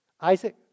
Isaac